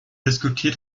diskutiert